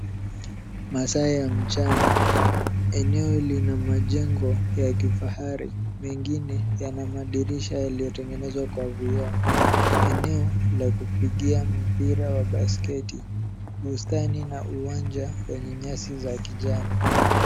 Masaa ya mchana. Eneo lina majengo ya kifahari, mengine yana madirisha yaliyotengenezwa kwa vioo. Eneo la kupigia mpira wa basket , bustani na wanja wenye nyasi za kijani.